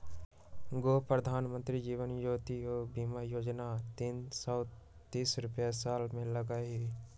गो प्रधानमंत्री जीवन ज्योति बीमा योजना है तीन सौ तीस रुपए साल में लगहई?